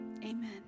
amen